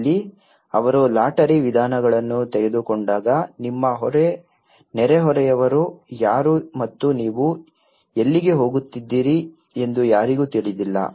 ಇಲ್ಲಿ ಅವರು ಲಾಟರಿ ವಿಧಾನಗಳನ್ನು ತೆಗೆದುಕೊಂಡಾಗ ನಿಮ್ಮ ನೆರೆಹೊರೆಯವರು ಯಾರು ಮತ್ತು ನೀವು ಎಲ್ಲಿಗೆ ಹೋಗುತ್ತಿದ್ದೀರಿ ಎಂದು ಯಾರಿಗೂ ತಿಳಿದಿಲ್ಲ